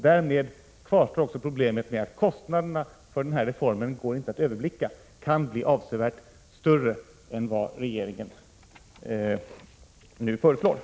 Därmed kvarstår också problemet med att kostnaderna för reformen inte går att överblicka och kan bli avsevärt större än vad regeringen nu förutsäger.